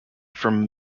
from